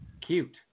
cute